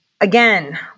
again